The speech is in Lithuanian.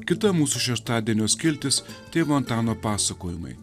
kita mūsų šeštadienio skiltis timo antano pasakojimai